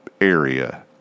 area